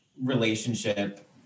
relationship